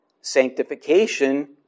Sanctification